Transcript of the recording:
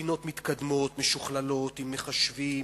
מדינות מתקדמות, משוכללות, עם מחשבים